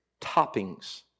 toppings